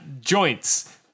Joints